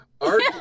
Art